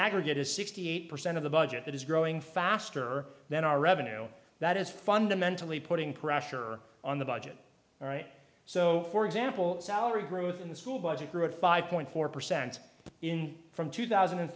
aggregate is sixty eight percent of the budget that is growing faster than our revenue that is fundamentally putting pressure on the budget all right so for example salary growth in the school budget grew at five point four percent in from two thousand and